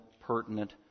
pertinent